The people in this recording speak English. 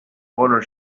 honor